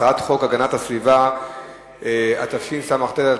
הצעת חוק הגנת הסביבה (שימוש מושכל במשאבי הטבע,